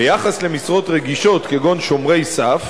ביחס למשרות רגישות כגון "שומרי סף",